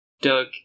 Doug